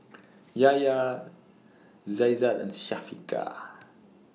Yahya Aizat and Syafiqah